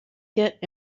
get